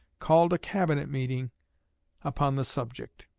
called a cabinet meeting upon the subject.